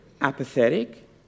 apathetic